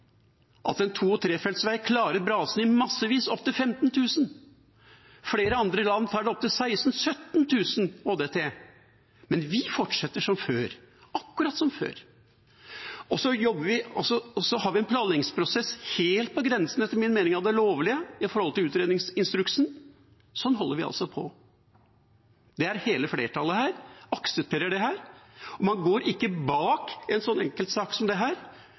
at en to- og trefeltsvei klarer brasene i massevis opptil 15 000. Flere andre land tar det opptil 16–17 000 ÅDT, men vi fortsetter som før – akkurat som før. Så har vi en planleggingsprosess helt på grensen, etter min mening, av det lovlige med tanke på utredningsinstruksen. Sånn holder vi altså på. Hele flertallet her aksepterer dette, og man går ikke bak i en sånn enkeltsak som dette, for det